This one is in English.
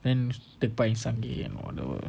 then the buying some games and all those